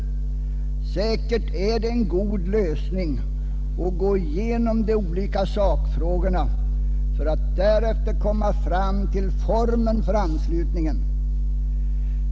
Säkert är det en god lösning att först gå igenom de olika sakfrågorna för att därefter komma fram till formen för anslutningen.